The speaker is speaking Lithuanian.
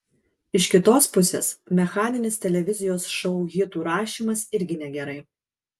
iš kitos pusės mechaninis televizijos šou hitų rašymas irgi negerai